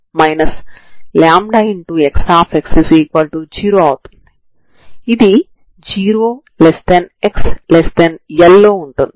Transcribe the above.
కాబట్టి u2x00 అంటే u2ξξ 0 తప్ప మరేమీ కాదు ఎందుకంటే నేను ξ ని ఉంచాను కాబట్టి ఇది కొత్త చరరాశులలో నియమం అవుతుంది